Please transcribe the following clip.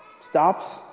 stops